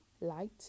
light